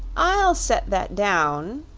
i'll set that down,